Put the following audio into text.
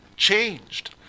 changed